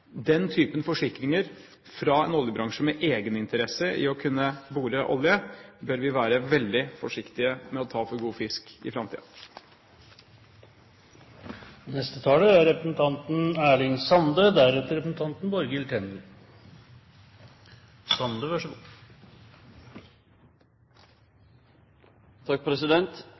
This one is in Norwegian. Den type forsikringer fra en oljebransje med egeninteresse i å kunne bore olje bør vi være veldig forsiktige med å ta for god fisk i framtiden. For Senterpartiet har arbeidet for å unngå ei storulykke offshore ypparste prioritet. Det er